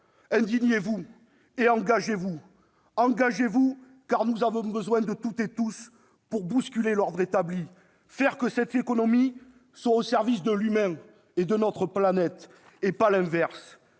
indignez-vous ! Engagez-vous ! Nous avons besoin de toutes et tous pour bousculer l'ordre établi, faire en sorte que cette économie soit au service de l'humain et de notre planète, et non l'inverse.